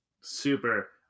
super